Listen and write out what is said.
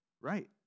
Right